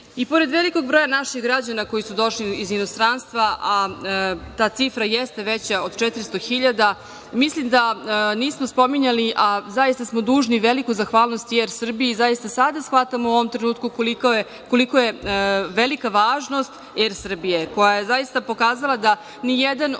pored velikog broja naših građana koji su došli iz inostranstva, a ta cifra jeste veća od 400.000, mislim da nismo spominjali, a zaista smo dužni veliku zahvalnost, jer Srbiji zaista sada shvatamo u ovom trenutku kolika je velika važnost „Er Srbije“, koja je zaista pokazala da nijedan od